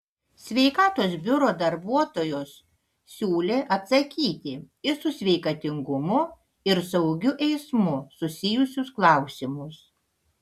sveikatos biuro darbuotojos siūlė atsakyti į su sveikatingumu ir saugiu eismu susijusius klausimus